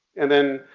and then,